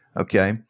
Okay